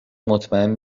مطمئن